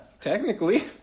Technically